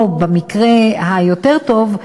או במקרה היותר-טוב,